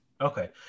Okay